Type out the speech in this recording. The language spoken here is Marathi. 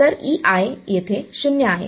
तर येथे 0 आहे